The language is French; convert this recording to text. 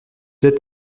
être